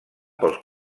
pels